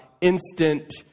instant